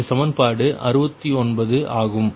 இது சமன்பாடு 69 ஆகும்